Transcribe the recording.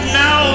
now